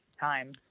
time